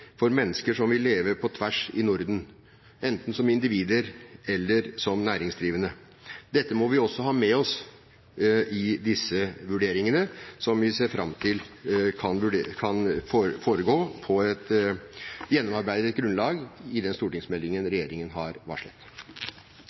for mennesker som vil leve på tvers i Norden enten som individer eller som næringsdrivende. Dette må vi også ha med oss i disse vurderingene, som vi ser fram til kan foregå på et gjennomarbeidet grunnlag i forbindelse med den stortingsmeldingen som regjeringen har varslet.